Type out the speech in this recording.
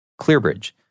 ClearBridge